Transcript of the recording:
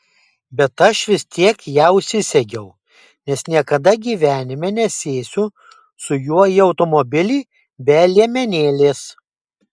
bet aš vis tiek ją užsisegiau nes niekada gyvenime nesėsiu su juo į automobilį be liemenėlės